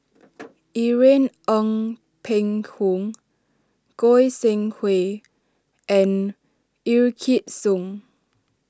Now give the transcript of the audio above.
Irene Ng Phek Hoong Goi Seng Hui and Wykidd Song